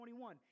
21